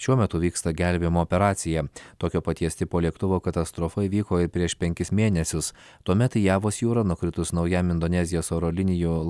šiuo metu vyksta gelbėjimo operacija tokio paties tipo lėktuvo katastrofa įvyko ir prieš penkis mėnesius tuomet į javos jūrą nukritus naujam indonezijos oro linijų